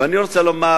ואני רוצה לומר